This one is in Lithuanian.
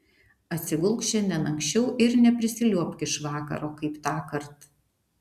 atsigulk šiandien anksčiau ir neprisiliuobk iš vakaro kaip tąkart